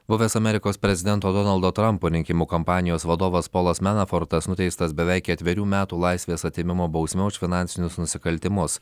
buvęs amerikos prezidento donaldo trumpo rinkimų kampanijos vadovas polas menafortas nuteistas beveik ketverių metų laisvės atėmimo bausme už finansinius nusikaltimus